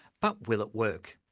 but will it work?